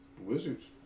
Wizards